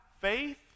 faith